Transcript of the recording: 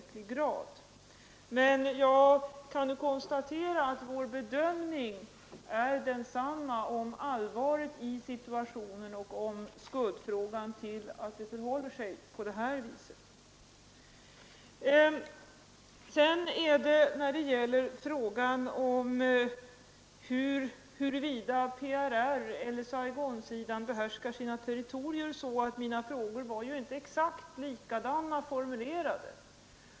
Jag kan emellertid nu konstatera att vår bedömning är densamma beträffande allvaret i situationen och skulden till att det förhåller sig på detta sätt. När det gäller frågan om huruvida PRR eller Saigonsidan behärskar sina territorier vill jag påpeka att mina frågor inte var exakt likadant formulerade.